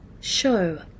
show